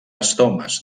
estomes